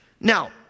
Now